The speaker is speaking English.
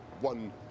one